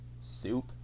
soup